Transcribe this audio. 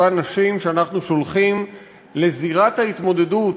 אותן נשים שאנחנו שולחים לזירת ההתמודדות,